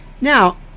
Now